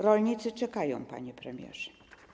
Rolnicy czekają, panie premierze.